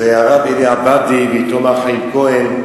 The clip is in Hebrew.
זה הרב אלי עבאדי ואתו מר חיים כהן.